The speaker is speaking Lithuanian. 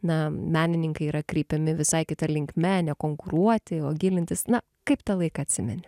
na menininkai yra kreipiami visai kita linkme nekonkuruoti o gilintis na kaip tą laiką atsimeni